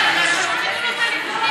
אני שואלת אותך, מה זה מפריע